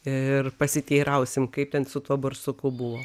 ir pasiteirausim kaip ten su tuo barsuku buvo